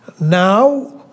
now